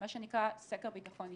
מה שנקרא סקר ביטחון אישי.